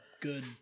good